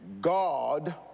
God